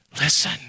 listen